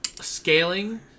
scaling